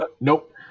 nope